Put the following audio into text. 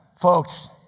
Folks